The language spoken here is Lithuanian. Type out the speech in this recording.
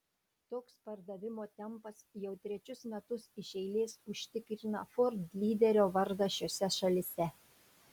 toks pardavimo tempas jau trečius metus iš eilės užtikrina ford lyderio vardą šiose šalyse